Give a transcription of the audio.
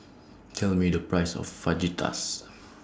Tell Me The Price of Fajitas